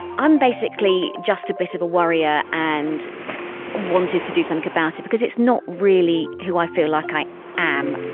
ah am basically just a bit of a worrier and wanted to do something about it because it's not really who i feel like i am.